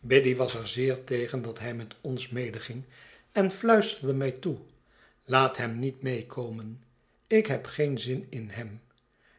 biddy was er zeer tegen dat hij met ons medeging en fluisterde mij toe laat hem niet meekomen ik heb geen zin in hem